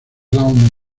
lawn